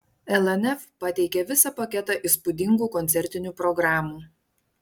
lnf pateikė visą paketą įspūdingų koncertinių programų